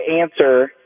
answer